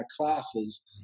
classes